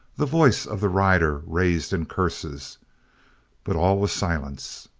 the voice of the rider raised in curses but all was silence.